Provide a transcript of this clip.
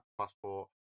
Passport